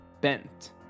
Bent